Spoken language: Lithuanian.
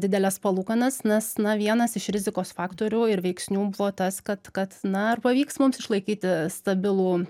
dideles palūkanas nes na vienas iš rizikos faktorių ir veiksnių buvo tas kad kad na ar pavyks mums išlaikyti stabilų